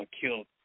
killed